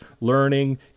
learning